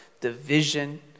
division